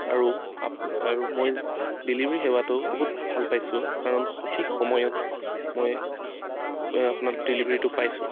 আৰু আপ আৰু মই ডেলিভাৰী সেৱাটো বহুত ভাল পাইছোঁ কাৰণ সঠিক সময়ত মই মই আপোনাক ডেলিভাৰীটো পাইছোঁ